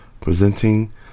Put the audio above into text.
presenting